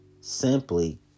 simply